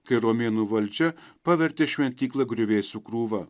kai romėnų valdžia pavertė šventyklą griuvėsių krūva